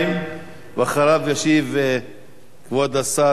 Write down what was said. ואחריו ישיב כבוד השר גלעד ארדן.